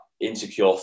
insecure